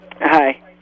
Hi